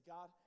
God